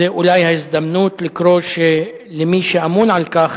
זו אולי ההזדמנות לקרוא למי שאמון על כך